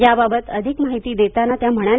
याबाबत अधिक माहिती देताना त्या म्हणाल्या